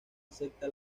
acepta